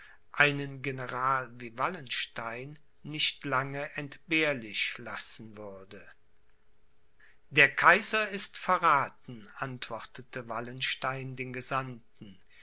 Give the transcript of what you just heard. einen general wie wallenstein nicht lange entbehrlich lassen würde der kaiser ist verrathen antwortete wallenstein den gesandten